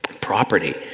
property